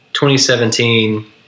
2017